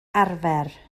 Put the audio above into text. arfer